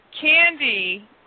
Candy